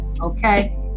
okay